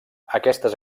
aquestes